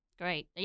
Great